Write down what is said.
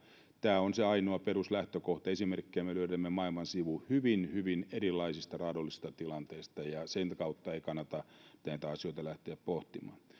tämä on se ainoa peruslähtökohta esimerkkejä me löydämme maailman sivu hyvin hyvin erilaisista raadollisista tilanteista ja sen kautta ei kannata näitä asioita lähteä pohtimaan